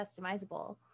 customizable